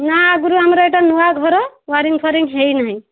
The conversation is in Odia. ନା ଆଗରୁ ଆମର ଏଇଟା ନୂଆଁ ଘର ୱାୟରିଂଗଫୁଆରିଂଗ ହେଇନାହିଁ